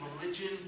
religion